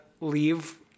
Leave